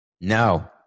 No